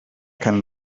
can